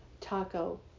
Taco